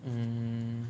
mm